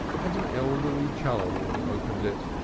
and an elderly char-woman opened it.